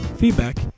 feedback